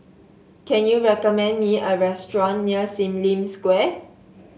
can you recommend me a restaurant near Sim Lim Square